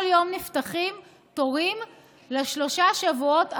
כל יום נפתחים תורים לשלושת השבועות הקרובים,